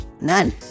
None